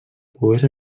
pogués